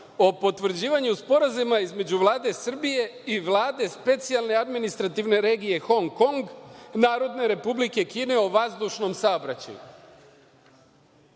o potvrđivanju Sporazuma između Vlade Srbije i Vlade specijalne administrativne regije Hong Kong, Narodne Republike Kine o vazdušnom saobraćaju?